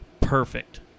perfect